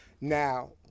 Now